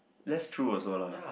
that's true also lah